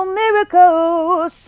miracles